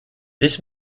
this